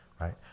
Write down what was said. Right